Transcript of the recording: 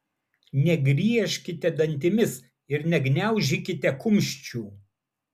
negriežkite dantimis ir negniaužykite kumščių